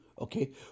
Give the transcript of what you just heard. okay